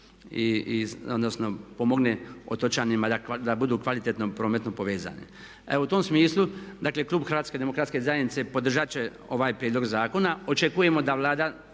pomogne otočanima da budu kvalitetno prometno povezani. U tom smislu klub HDZ-a podržat će ovaj prijedlog zakona. Očekujemo da Vlada